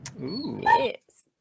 Yes